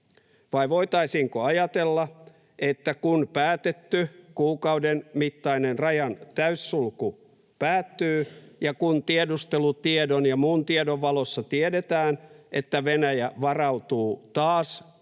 Vai voitaisiinko ajatella, että kun päätetty kuukauden mittainen rajan täyssulku päättyy ja kun tiedustelutiedon ja muun tiedon valossa tiedetään, että Venäjä varautuu taas